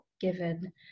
given